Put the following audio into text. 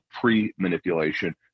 pre-manipulation